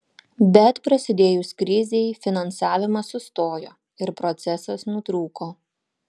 bet prasidėjus krizei finansavimas sustojo ir procesas nutrūko